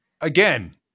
Again